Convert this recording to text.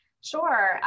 Sure